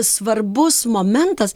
svarbus momentas